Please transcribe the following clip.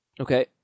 Okay